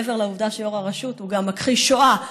מעבר לעובדה שיו"ר הרשות הוא גם מכחיש שואה,